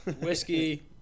Whiskey